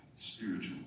spiritual